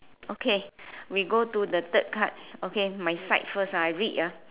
okay we go to the third card okay my side first I read ah